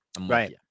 Right